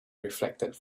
reflected